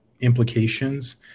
Implications